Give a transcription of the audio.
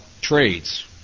trades